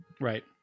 Right